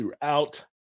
throughout